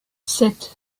sept